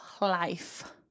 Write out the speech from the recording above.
life